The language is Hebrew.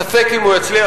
ספק אם הוא יצליח.